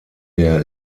der